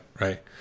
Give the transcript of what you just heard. Right